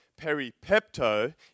peripepto